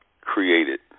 created